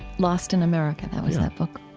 lost in america, that was that book,